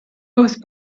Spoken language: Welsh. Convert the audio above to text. wrth